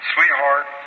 Sweetheart